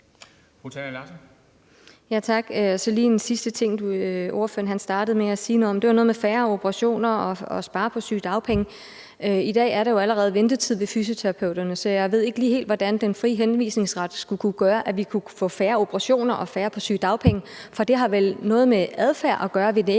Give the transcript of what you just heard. Jeg har lige en sidste ting i forhold til det, ordføreren startede med at sige noget om, nemlig færre operationer og noget om at spare på sygedagpenge. I dag er der jo allerede ventetid ved fysioterapeuterne, så jeg ved ikke lige helt, hvordan den frie henvisningsret skulle kunne gøre, at vi kunne få færre operationer og færre på sygedagpenge. For det har vel noget med adfærden hos den